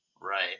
Right